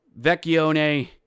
Vecchione